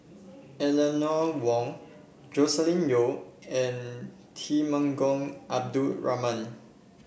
Eleanor Wong Joscelin Yeo and Temenggong Abdul Rahman